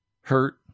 hurt